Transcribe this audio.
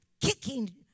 kicking